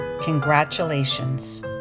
Congratulations